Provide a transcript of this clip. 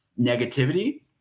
negativity